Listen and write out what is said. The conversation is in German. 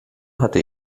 hatte